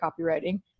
copywriting